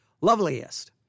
Loveliest